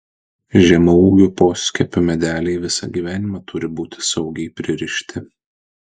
žemaūgių poskiepių medeliai visą gyvenimą turi būti saugiai pririšti